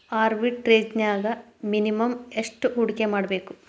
ಆರ್ಬಿಟ್ರೆಜ್ನ್ಯಾಗ್ ಮಿನಿಮಮ್ ಯೆಷ್ಟ್ ಹೂಡ್ಕಿಮಾಡ್ಬೇಕ್?